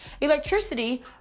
Electricity